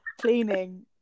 cleaning